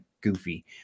goofy